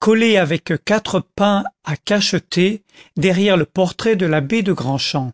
collé avec quatre pains à cacheter derrière le portrait de l'abbé de grand champ